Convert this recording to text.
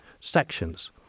sections